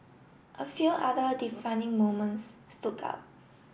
a few other defining moments stood out